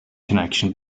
connection